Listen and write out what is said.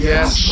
Yes